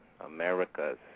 Americas